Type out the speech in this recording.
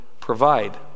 provide